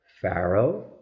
Pharaoh